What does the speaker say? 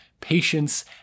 patience